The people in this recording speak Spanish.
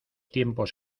tiempos